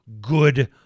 good